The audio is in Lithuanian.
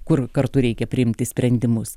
kur kartu reikia priimti sprendimus